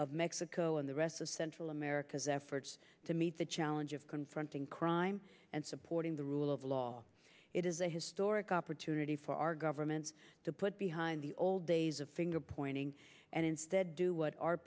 of mexico and the rest of central america's efforts to meet the challenge of confronting crime and supporting the rule of law it is a historic opportunity for our governments to put behind the old days of finger pointing and instead do what